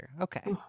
Okay